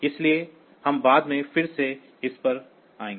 इसलिए हम बाद में फिर से इस पर वापस आएंगे